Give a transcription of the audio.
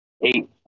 eight